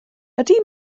ydy